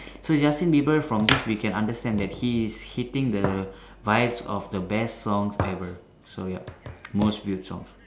so Justin Bieber from this we can understand that he is hitting the vice of the best song ever so ya most view songs